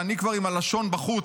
ואני כבר עם הלשון בחוץ.